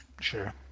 Sure